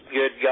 good